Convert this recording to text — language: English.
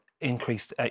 increased